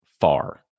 far